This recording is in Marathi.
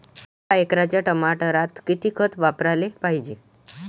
एका एकराच्या टमाटरात किती खत वापराले पायजे?